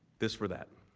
this for that.